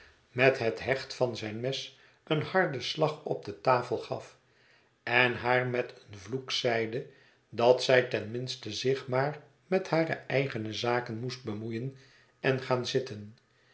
met het hecht van zijn mes een harden slag op de tafel gaf en haar met een vloek zeide dat zij ten minste zich maar met hare eigene zaken moest bemoeien en gaan zitten